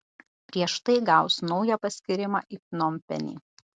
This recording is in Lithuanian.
prieš tai gaus naują paskyrimą į pnompenį